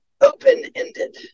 open-ended